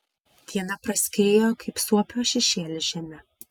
diena praskriejo kaip suopio šešėlis žeme